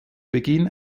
beginn